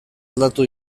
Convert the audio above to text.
aldatu